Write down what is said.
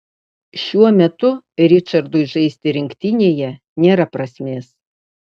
šiuo metu ričardui žaisti rinktinėje nėra prasmės